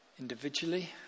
individually